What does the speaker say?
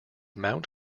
mount